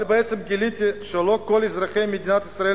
אבל בעצם גיליתי שלא כל אזרחי מדינת ישראל